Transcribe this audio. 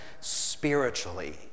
spiritually